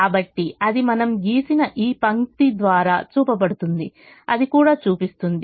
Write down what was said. కాబట్టి అది మనము గీసిన ఈ పంక్తి ద్వారా చూపబడుతుంది అది కూడా చూపిస్తుంది